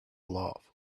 love